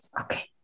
Okay